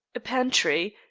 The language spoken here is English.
a pantry,